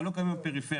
אבל לא קיימים בפריפריה.